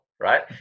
Right